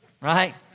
Right